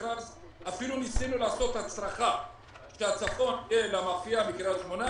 אפילו ניסינו לעשות כך שמהצפון אל האפייה בקריית שמונה